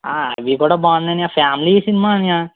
అది కూడా బాగుంది అన్నయ్య ఫ్యామిలీ సినిమా అన్నయ్య